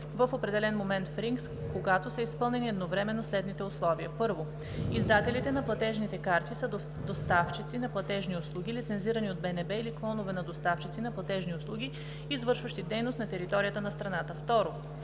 в определен момент в RINGS, когато са изпълнени едновременно следните условия: 1. издателите на платежните карти са доставчици на платежни услуги, лицензирани от БНБ, или клонове на доставчици на платежни услуги, извършващи дейност на територията на страната; 2.